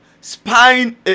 spying